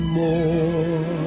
more